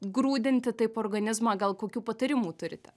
grūdinti taip organizmą gal kokių patarimų turite